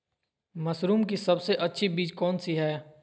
Mushroom की सबसे अच्छी बीज कौन सी है?